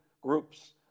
groups